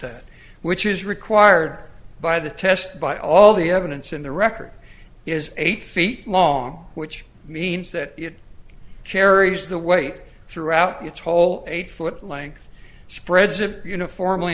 that which is required by the test by all the evidence in the record is eight feet long which means that it carries the weight throughout its whole eight foot length spreads it uniformly